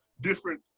different